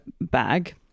bag